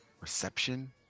reception